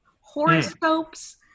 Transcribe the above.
horoscopes